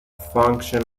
functions